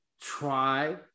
try